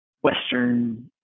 Western